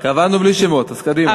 קבענו בלי שמות, אז קדימה.